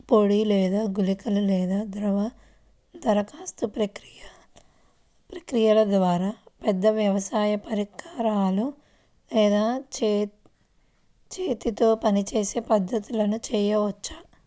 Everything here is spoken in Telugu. పొడి లేదా గుళికల లేదా ద్రవ దరఖాస్తు ప్రక్రియల ద్వారా, పెద్ద వ్యవసాయ పరికరాలు లేదా చేతితో పనిచేసే పద్ధతులను చేయవచ్చా?